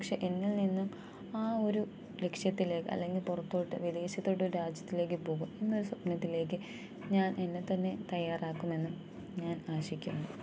പക്ഷേ എന്നിൽ നിന്നും ആ ഒരു ലക്ഷ്യത്തിലേക്ക് അല്ലെങ്കിൽ പുറത്തോട്ട് വിദേശത്തോട്ട് രാജ്യത്തിലേക്ക് പോകും എന്നൊരു സ്വപ്നത്തിലേക്ക് ഞാൻ എന്നെ തന്നെ തയ്യാറാക്കുമെന്നും ഞാൻ ആശിക്കുന്നു